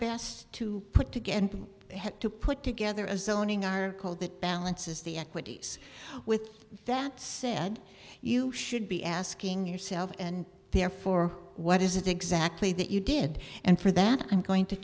best to put together had to put together as zoning are called that balances the equities with that said you should be asking yourself and therefore what is it exactly that you did and for that i'm going to